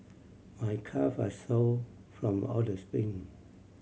I calve are sore from all the sprint